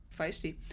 Feisty